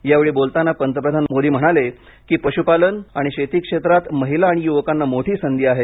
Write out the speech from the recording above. यावेळी बोलताना पंतप्रधान मोदी म्हणाले की पशुपालन आणि शेती क्षेत्रात महिला आणि युवकांना मोठी संधी आहे